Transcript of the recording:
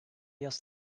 yaz